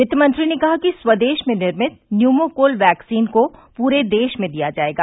वित्तमंत्री ने कहा कि स्वदेश में निर्मित न्यूमोकोल वैक्सीन को पूरे देश में दिया जायेगा